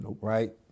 Right